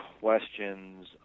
questions